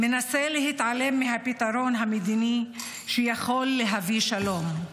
מנסה להתעלם מהפתרון המדיני, שיכול להביא שלום.